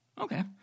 Okay